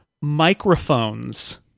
microphones